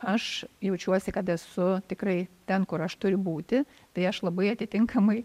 aš jaučiuosi kad esu tikrai ten kur aš turiu būti tai aš labai atitinkamai